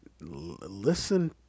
listen